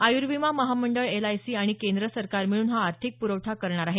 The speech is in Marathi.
आयुर्विमा महामंडळ एलआयसी आणि केंद्र सरकार मिळून हा आर्थिक प्रवठा करणार आहेत